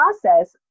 process